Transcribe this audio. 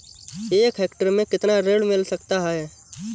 एक हेक्टेयर में कितना ऋण मिल सकता है?